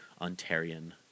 Ontarian